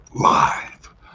live